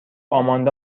آماندا